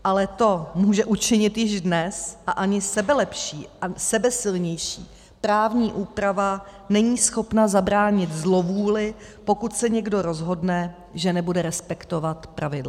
Ale to může učinit již dnes a ani sebelepší a sebesilnější právní úprava není schopna zabránit zlovůli, pokud se někdo rozhodne, že nebude respektovat pravidla.